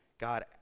God